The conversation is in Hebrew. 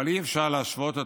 אבל אי-אפשר להשוות אותה,